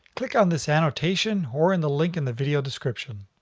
click on this annotation or and the link in the video description.